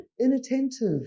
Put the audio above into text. inattentive